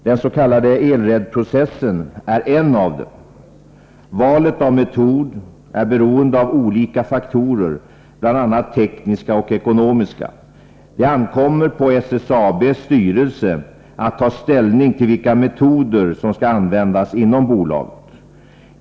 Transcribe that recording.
Den s.k. elred-processen är en av dem. Valet av metod är beroende av olika faktorer, bl.a. tekniska och ekonomiska. Det ankommer på SSAB:s styrelse att ta ställning till vilka metoder som skall användas inom bolaget.